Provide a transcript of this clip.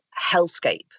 hellscape